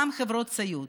גם חברות הסיעוד,